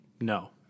No